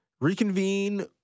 reconvene